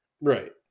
Right